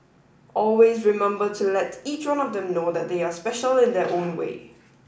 always remember to let each one of them know that they are special in their own way